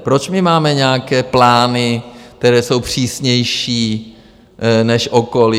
Proč my máme nějaké plány, které jsou přísnější než okolí?